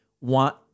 want